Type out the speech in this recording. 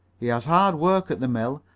he has hard work at the mill,